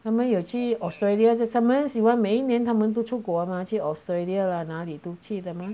他们有去 australia 他们很喜欢每一年他们都出国吗去 australia 了哪里都去的